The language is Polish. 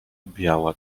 biała